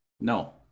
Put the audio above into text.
No